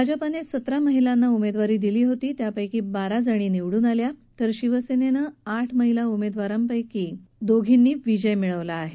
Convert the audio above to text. भाजपने सतरा महिलांना उमेदवारी दिली होती त्यापैकी बारा महिला निवडून आल्या तर शिवसेनेनं आठ महिला उमेदवारांपैकी दोघींनी विजय मिळवला आहे